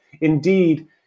indeed